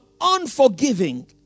unforgiving